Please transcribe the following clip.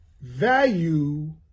value